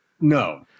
No